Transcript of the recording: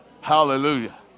Hallelujah